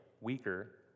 weaker